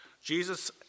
Jesus